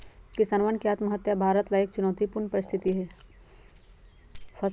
किसानवन के आत्महत्या भारत ला एक चुनौतीपूर्ण परिस्थिति हई